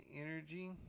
energy